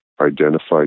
identified